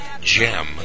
gem